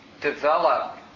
develop